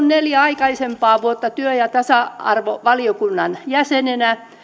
neljä aikaisempaa vuotta työ ja tasa arvovaliokunnan jäsenenä